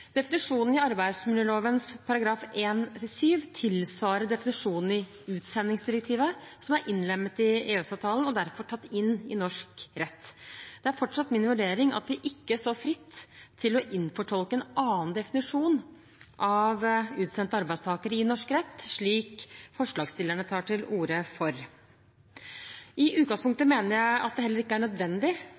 Definisjonen i arbeidsmiljøloven § 1-7 tilsvarer definisjonen i utsendingsdirektivet, som er innlemmet i EØS-avtalen og derfor tatt inn i norsk rett. Det er fortsatt min vurdering at vi ikke står fritt til å innfortolke en annen definisjon av utsendte arbeidstakere i norsk rett, slik forslagsstillerne tar til orde for. I utgangspunktet mener jeg at det heller ikke er nødvendig